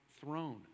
throne